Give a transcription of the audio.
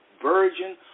Virgin